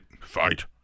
Fight